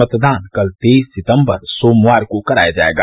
मतदान कल तेईस सितम्बर सोमवार को कराया जायेगा